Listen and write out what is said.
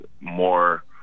more